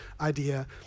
idea